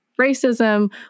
racism